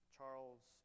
Charles